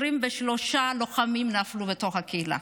23 לוחמים נפלו מתוך הקהילה,